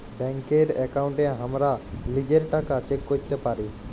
ব্যাংকের একাউন্টে হামরা লিজের টাকা চেক ক্যরতে পারি